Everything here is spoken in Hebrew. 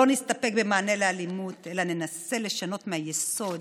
לא נסתפק במענה לאלימות אלא ננסה לשנות מהיסוד